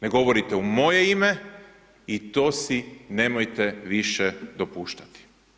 Ne govorite u moje ime i to si nemojte više dopuštati.